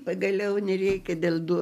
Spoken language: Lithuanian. pagaliau nereikia dėl duo